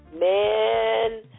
man